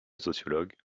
sociologue